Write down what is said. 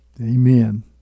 Amen